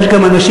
ויש גם אנשים,